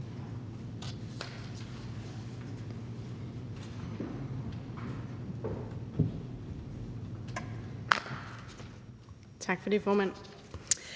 Tak for det, formand.